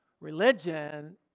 Religion